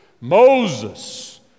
Moses